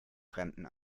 fremden